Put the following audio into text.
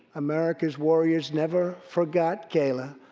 america's warriors never forgot kayla,